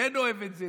כן אוהב את זה,